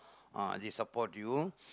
ah they support you